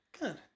Good